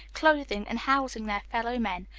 clothing, and housing their fellow men.